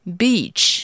beach